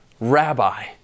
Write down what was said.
rabbi